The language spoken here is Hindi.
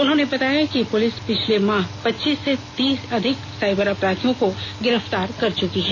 उन्होंने बताया कि पुलिस पिछले माह पच्चीस से अधिक साइबर अपराधियों को गिरफ्तार कर चुकी है